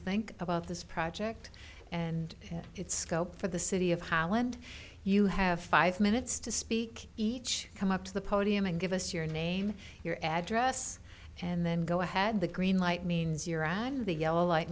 think about this project and its scope for the city of holland you have five minutes to speak each come up to the podium and give us your name your address and then go ahead the green light means you're on the yellow light